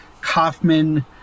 Kaufman